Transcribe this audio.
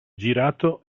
girato